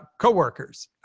co-workers,